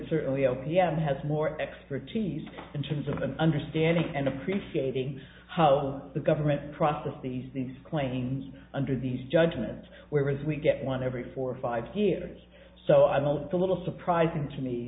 certainly o p m has more expertise in terms of an understanding and appreciating how the government process these these claims under these judgments where as we get one every four or five years so imo a little surprising to me